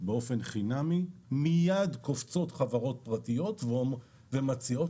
בחינם מיד קופצות חברות פרטיות ומציעות